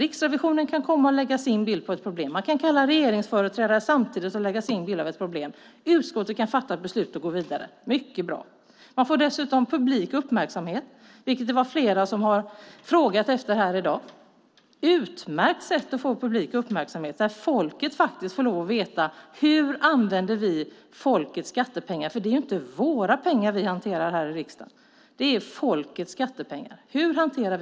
Riksrevisionen kan komma och ge sin bild av ett problem. Man kan samtidigt kalla regeringsföreträdare som får ge sin bild. Utskottet kan fatta beslut och gå vidare. Det är mycket bra. Man får dessutom publik uppmärksamhet, vilket flera har frågat efter här i dag. Detta är ett utmärkt sätt att få publik uppmärksamhet, där folket får veta hur vi använder folkets skattepengar. Det är ju inte våra egna pengar vi hanterar, utan det är folkets skattepengar.